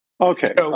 Okay